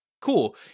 cool